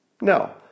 No